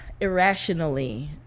irrationally